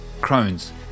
Crohn's